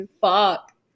fuck